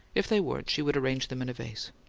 if they weren't she would arrange them in a vase.